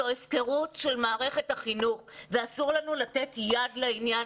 זו הפקרות של מערכת החינוך ואסור לנו לתת יד לעניין